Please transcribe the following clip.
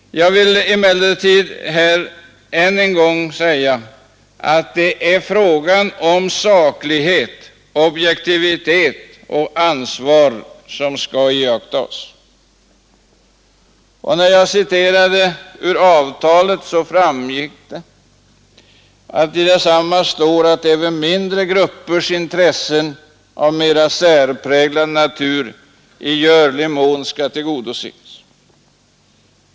Jag vill emellertid säga att saklighet, objektivitet och ansvar skall iakttas. När jag citerade ur avtalet framgick det, att i detsamma står att även mindre gruppers intressen av mera särpräglad natur i görlig mån skall tillgodoses.